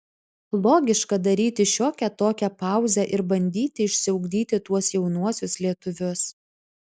logiška daryti šiokią tokią pauzę ir bandyti išsiugdyti tuos jaunuosius lietuvius